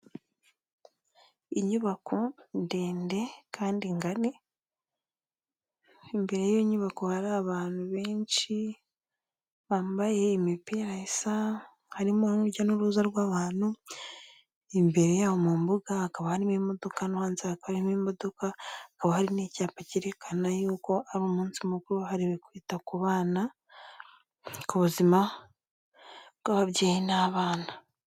Inyubako ndende kandi ngari, imbere y'iyo nyubako hari abantu benshi bambaye imipira isa, harimo urujya n'uruza rw'abantu, imbere yabo mu mbuga hakaba harimo imodoka no hanze hakaba harimo imodoka, hakaba hari n'icyapa cyerekana yuko ari umunsi mukuru wahariwe kwita ku bana, ku buzima bw'ababyeyi n'abana.